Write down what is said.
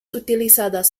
utilizadas